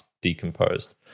decomposed